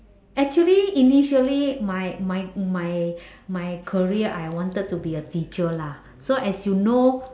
actually initially my my my my career I wanted to be a teacher lah so as you know